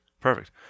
Perfect